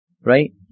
right